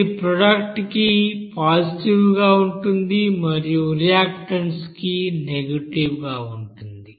అది ప్రొడక్ట్స్ కి పాజిటివ్ గా ఉంటుంది మరియు రియాక్టన్స్ కు నెగెటివ్ గా ఉంటుంది